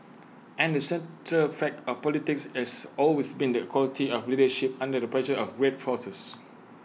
and the central fact of politics is always been the quality of leadership under the pressure of great forces